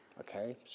Okay